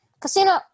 Casino